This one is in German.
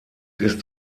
ist